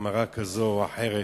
בהחמרה כזו או אחרת.